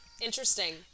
Interesting